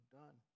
done